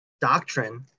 doctrine